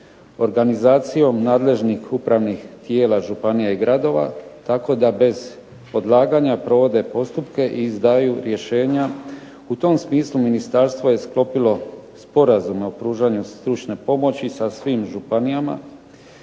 organizacijom nadležnih upravnih tijela županija i gradova kako da bez odlaganja provode postupke i izdaju rješenja u tom smislu ministarstvo je sklopilo sporazume o pružanju stručne pomoći sa svim županijama